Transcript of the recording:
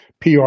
PR